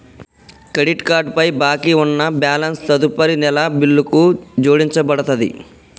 credit card పై బాకీ ఉన్న బ్యాలెన్స్ తదుపరి నెల బిల్లుకు జోడించబడతది